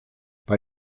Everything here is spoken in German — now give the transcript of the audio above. bei